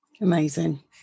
Amazing